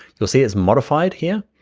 you'll see it's modified here?